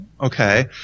Okay